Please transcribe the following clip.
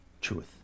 truth